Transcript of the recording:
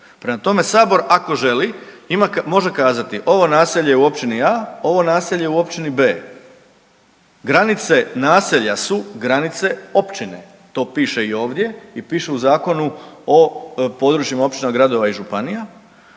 Prema tome, Sabor, ako želi, može kazati, ovo naselje u općini A, ovo naselje u općini B. Granice naselja su granice općine, to piše i ovdje i piše u Zakonu o područnim općinama gradova i županija,